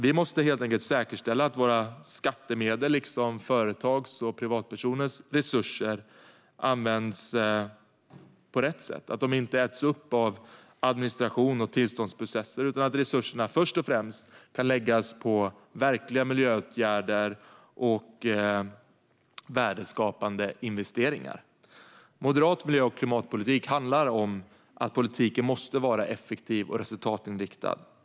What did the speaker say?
Vi måste helt enkelt säkerställa att våra skattemedel liksom företags och privatpersoners resurser används på rätt sätt och inte äts upp av administration och tillståndsprocesser utan att resurserna först och främst kan läggas på verkliga miljöåtgärder och värdeskapande investeringar. Moderat miljö och klimatpolitik handlar om att politiken måste vara effektiv och resultatinriktad.